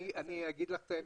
אני אגיד לך את האמת.